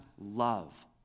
love